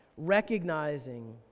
Recognizing